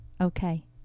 okay